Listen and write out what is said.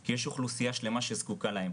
כי יש אוכלוסייה שלמה שזקוקה להם.